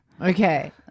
okay